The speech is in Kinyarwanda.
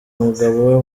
mugabo